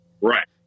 Right